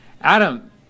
Adam